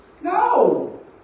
No